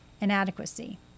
inadequacy